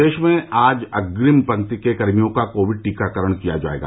प्रदेश में आज अग्रिम पंक्ति के कर्मियों का कोविड टीकाकरण किया जायेगा